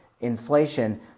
inflation